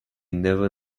never